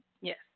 Yes